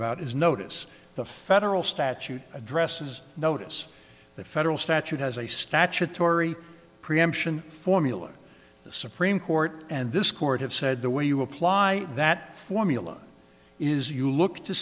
about is notice the federal statute addresses notice the federal statute has a statutory preemption formula the supreme court and this court have said the way you apply that formula is you look to